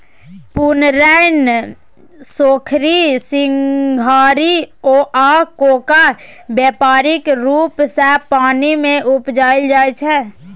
पुरैण, सोरखी, सिंघारि आ कोका बेपारिक रुप सँ पानि मे उपजाएल जाइ छै